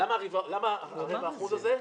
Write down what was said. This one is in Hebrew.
למה רבע האחוז הזה?